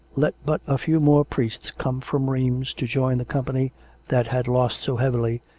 let but a few more priests come from rheims to join the company that had lost so heavily,